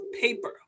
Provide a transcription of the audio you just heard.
paper